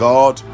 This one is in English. God